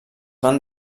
van